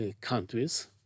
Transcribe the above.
countries